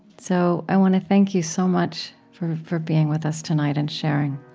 so i want to thank you so much for for being with us tonight and sharing,